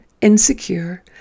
insecure